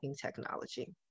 technology